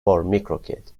kid